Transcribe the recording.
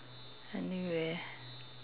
anywhere